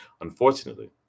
Unfortunately